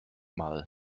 mal